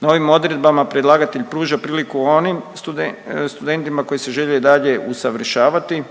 Novim odredbama predlagatelj pruža priliku onim studentima koji se žele dalje usavršavati